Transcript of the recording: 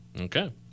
Okay